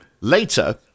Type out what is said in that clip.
later